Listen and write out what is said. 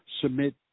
submit